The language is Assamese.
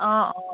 অঁ অঁ